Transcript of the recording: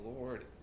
Lord